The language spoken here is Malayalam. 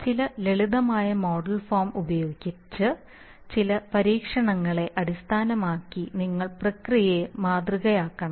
ചില ലളിതമായ മോഡൽ ഫോം ഉപയോഗിച്ച് ചില പരീക്ഷണങ്ങളെ അടിസ്ഥാനമാക്കി നിങ്ങൾ പ്രക്രിയയെ മാതൃകയാക്കണം